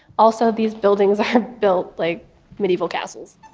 also, these buildings are built like medieval castles